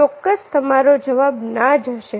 ચોક્કસ તમારો જવાબ ના જ હશે